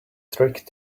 trick